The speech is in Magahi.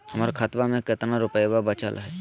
हमर खतवा मे कितना रूपयवा बचल हई?